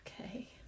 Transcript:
okay